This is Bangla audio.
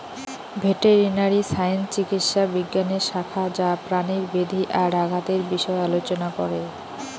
ভেটেরিনারি সায়েন্স চিকিৎসা বিজ্ঞানের শাখা যা প্রাণীর ব্যাধি আর আঘাতের বিষয় আলোচনা করে